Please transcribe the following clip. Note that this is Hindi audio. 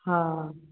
हाँ